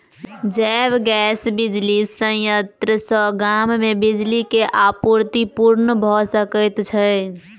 जैव गैस बिजली संयंत्र सॅ गाम मे बिजली के आपूर्ति पूर्ण भ सकैत छै